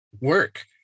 work